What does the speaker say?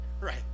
Right